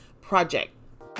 project